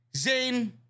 Zayn